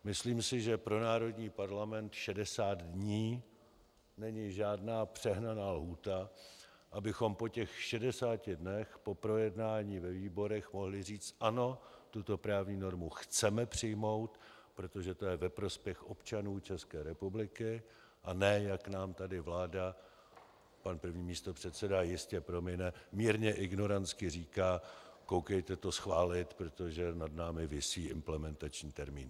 Myslím si, že pro národní parlament šedesát dní není žádná přehnaná lhůta, abychom po těch šedesáti dnech po projednání ve výborech mohli říct ano, tuto právní normu chceme přijmout, protože to je ve prospěch občanů ČR, a ne jak nám tady vláda a pan první místopředseda jistě promine mírně ignorantsky říká: koukejte to schválit, protože nad námi visí implementační termín.